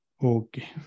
Okay